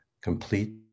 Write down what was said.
complete